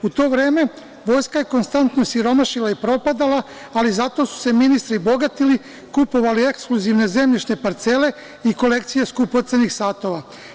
U to vreme vojska je konstantno siromašila i propadala, ali zato su se ministri bogatili, kupovali ekskluzivne zemljišne parcele i kolekcije skupocenih satova.